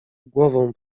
głową